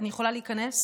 אני יכולה להיכנס?